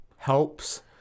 Helps